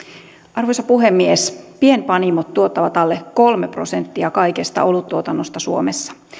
arvoisa puhemies pienpanimot tuottavat alle kolme prosenttia kaikesta oluttuotannosta suomessa